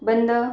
बंद